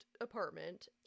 apartment